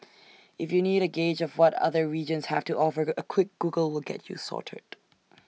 if you need A gauge of what other regions have to offer A quick Google will get you sorted